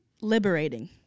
Liberating